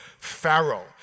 Pharaoh